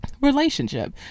relationship